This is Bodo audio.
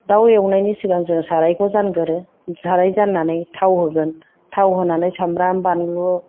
दाउ एवनायनि सिगां जों सारायखौ जानगोरो साराय जाननानै थाव होगोन थाव होनानै सामब्राम बानलु